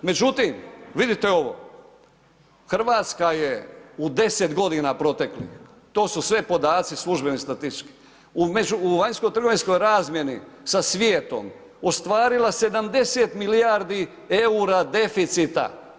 Međutim, vidite ovo Hrvatska je u 10 godina proteklih to su sve podaci službeni statistički, u vanjskotrgovinskoj razmjeni sa svijetom ostvarila 70 milijardi EUR-a deficita.